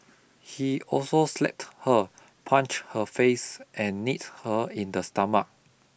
he also slapped her punched her face and kneed her in the stomach